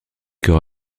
cœurs